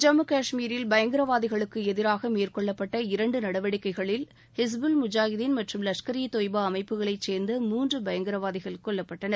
ஜம்மு காஷ்மீரில் பயங்கரவாதிகளுக்கு எதிராக மேற்கொள்ளப்பட்ட இரண்டு நடவடிக்கைகளில் ஹிஸ்புல் முஜாகிதீன் மற்றும் லஷ்கர் ஈ தொய்பா அமைப்புகளைச் சேர்ந்த மூன்று பயங்கரவாதிகள் கொல்லப்பட்டனர்